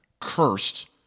cursed